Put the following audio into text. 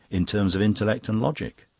in terms of intellect and logic.